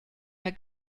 mehr